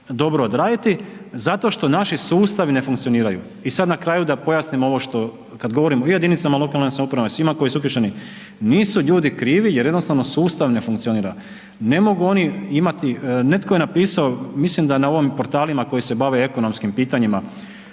dobro odraditi zašto što naši sustavi ne funkcioniraju. I sad na kraju da pojasnim ovo što, kad govorimo o jedinicama lokalne samouprave, svima koji su uključeni. Nisu ljudi krivi jer jednostavno sustav ne funkcionira. Ne mogu oni imati, netko je napisao, mislim da na ovim portalima koji se bave ekonomskim pitanjima,